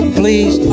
please